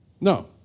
No